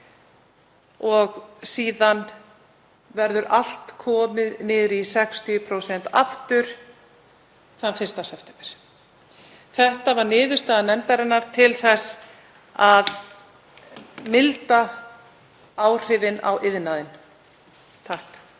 Síðan verður allt komið niður í 60% aftur þann 1. september. Þetta var niðurstaða nefndarinnar til þess að milda áhrifin á iðnaðinn.